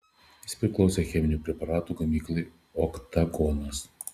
jis priklausė cheminių preparatų gamyklai oktagonas